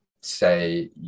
say